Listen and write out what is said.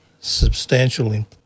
substantial